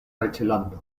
reĝlando